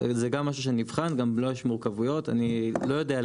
היושב ראש, לפני ההקראה אני יכול להעיר הערה?